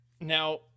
now